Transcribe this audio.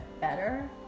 better